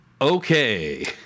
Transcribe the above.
Okay